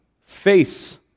face